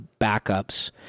backups